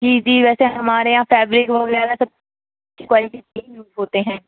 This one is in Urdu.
جی جی ویسے ہمارے یہاں فیبرک وغیرہ سب کی کوالٹی ہوتے ہیں